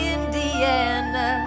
Indiana